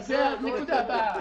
זאת הנקודה הבאה,